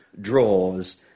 draws